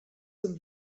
zum